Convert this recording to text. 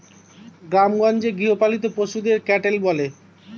গ্রামেগঞ্জে গৃহপালিত পশুদের ক্যাটেল বলে